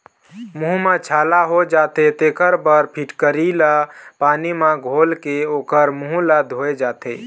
मूंह म छाला हो जाथे तेखर बर फिटकिरी ल पानी म घोलके ओखर मूंह ल धोए जाथे